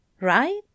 right